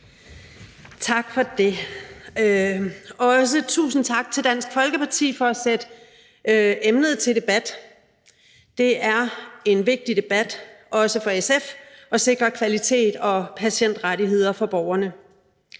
Tak for det, og også tusind tak til Dansk Folkeparti for at sætte emnet til debat. Det er en vigtig debat, også for SF, om at sikre kvalitet og patientrettigheder for borgerne.